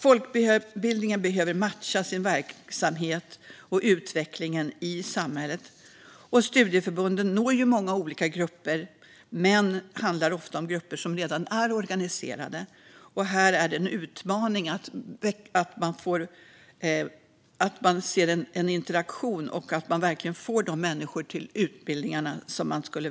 Folkbildningen behöver matcha sin verksamhet med utvecklingen i samhället. Studieförbunden når många olika grupper, men det handlar ofta om grupper som redan är organiserade. Det är en utmaning att få till en interaktion så att man verkligen får de människor som man önskar till utbildningarna.